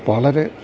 വളരെ